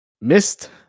missed